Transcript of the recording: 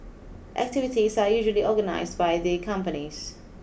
activities are usually organised by the companies